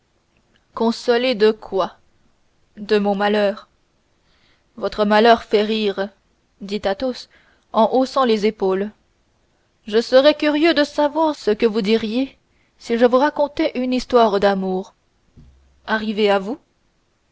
consolé de quoi de mon malheur votre malheur fait rire dit athos en haussant les épaules je serais curieux de savoir ce que vous diriez si je vous racontais une histoire d'amour arrivée à vous